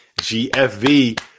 GFV